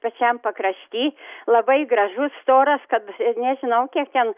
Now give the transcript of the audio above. pačiam pakrašty labai gražus storas kad nežinau kiek ten